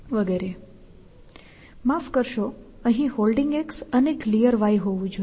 માફ કરશો અહીં Holding અને Clear હોવું જોઈએ